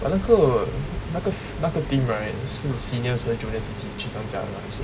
but 那个那个那个 team right 是 seniors 和 juniors 一起去参加的啦所以